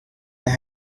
they